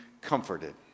comforted